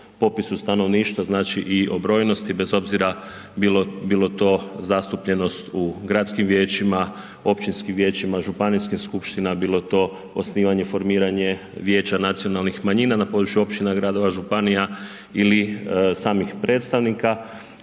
popisu stanovništva znači i o brojnosti bez obzira bilo to zatupljenost u gradskim vijećima, općinskim vijećima, županijskim skupštinama, bilo to osnivanje, formiranje vijeća nacionalnih manjina na području općina, gradova, županija ili samih predstavnika